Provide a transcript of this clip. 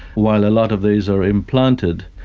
while a lot of these are implanted,